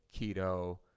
keto